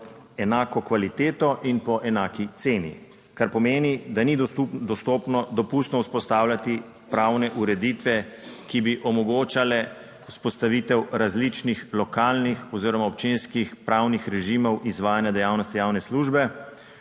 pod enako kvaliteto in po enaki ceni. Kar pomeni, da ni dopustno vzpostavljati 5. TRAK: (VP) 13.20 (nadaljevanje) pravne ureditve, ki bi omogočale vzpostavitev različnih lokalnih oziroma občinskih pravnih režimov izvajanja dejavnosti javne službe,